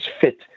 fit